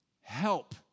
help